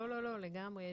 לא, לגמרי.